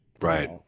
Right